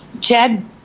Chad